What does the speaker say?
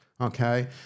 okay